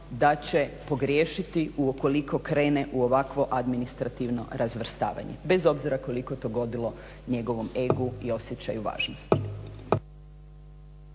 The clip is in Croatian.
da će pogriješiti ukoliko krene u ovakvo administrativno razvrstavanje bez obzira koliko to godilo njegovom egu i osjećaju važnosti.